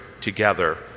together